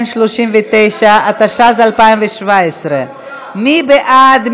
239), התשע"ז 2017. מי בעד?